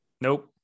Nope